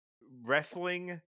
wrestling